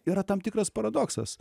yra tam tikras paradoksas